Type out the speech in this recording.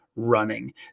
Running